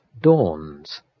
Dawns